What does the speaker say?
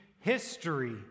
history